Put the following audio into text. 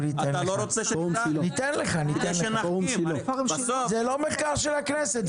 זה לא מחקר של הכנסת.